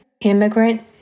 immigrant